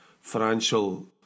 financial